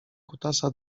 kutasa